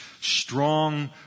strong